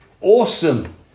awesome